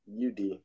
UD